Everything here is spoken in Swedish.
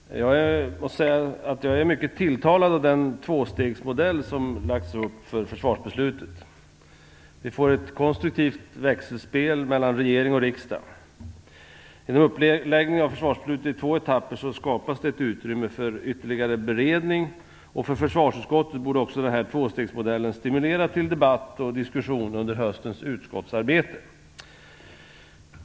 Herr talman! Jag måste säga att jag är mycket tilltalad av den tvåstegsmodell som lagts upp för försvarsbeslutet. Vi får ett konstruktivt växelspel mellan regering och riksdag. Genom uppläggningen av försvarsbeslutet i två etapper skapas utrymme för ytterligare beredning. För försvarsutskottet borde också denna tvåstegsmodell stimulera till debatt och diskussion under höstens utskottsarbete.